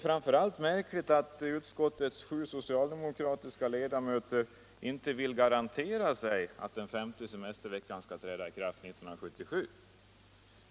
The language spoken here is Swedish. Framför allt är det märkligt att utskottets sju socialdemokratiska ledamöter inte vill garantera att den femte semesterveckan skall träda i kraft 1977.